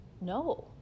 no